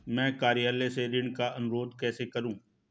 मैं कार्यालय से ऋण का अनुरोध कैसे करूँ?